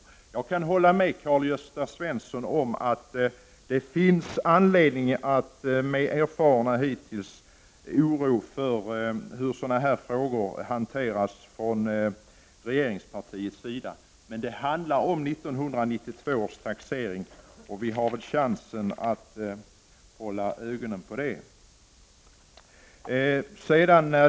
Det är det som är utgångspunkten för vårt uttalande när det gäller detta betänkande. Jag kan hålla med Karl-Gösta Svenson om att det med erfarenheterna hittills finns anledning till oro för hur sådana här frågor hanteras av regeringspartiet. Men eftersom detta handlar om 1992 års taxering, får vi säkert tillfälle till att hålla ögonen på utvecklingen.